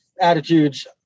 attitudes